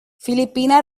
filipina